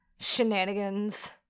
shenanigans